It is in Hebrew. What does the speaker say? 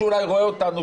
שאולי רואה אותנו,